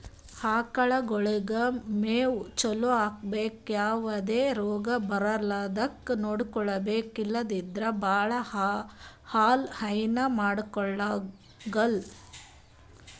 ಆಕಳಗೊಳಿಗ್ ಮೇವ್ ಚಲೋ ಹಾಕ್ಬೇಕ್ ಯಾವದೇ ರೋಗ್ ಬರಲಾರದಂಗ್ ನೋಡ್ಕೊಬೆಕ್ ಇಲ್ಲಂದ್ರ ಭಾಳ ಹಾಲ್ ಹೈನಾ ಮಾಡಕ್ಕಾಗಲ್